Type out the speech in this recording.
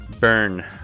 Burn